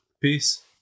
peace